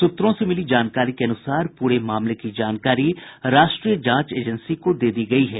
सूत्रों से मिली जानकारी के अनुसार पूरे मामले की जानकारी राष्ट्रीय जांच एजेंसी को दे दी गयी है